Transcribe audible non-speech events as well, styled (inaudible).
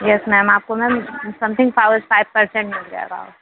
yes ma'am आपको ma'am something (unintelligible) five percent मिल जाएगा